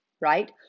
right